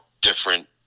different